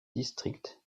district